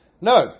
No